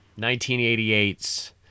1988's